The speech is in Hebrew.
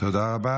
תודה רבה.